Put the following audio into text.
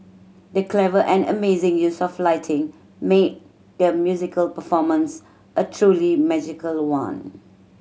the clever and amazing use of lighting made the musical performance a truly magical one